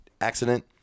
accident